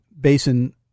Basin